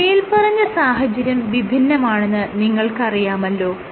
മേല്പറഞ്ഞ സാഹചര്യം വിഭിന്നമാണെന്ന് നിങ്ങൾക്കറിയാമല്ലോ